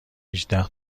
هجده